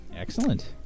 Excellent